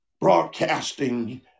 broadcasting